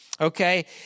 okay